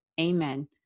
amen